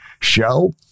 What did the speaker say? show